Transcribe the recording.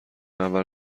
اول